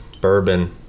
bourbon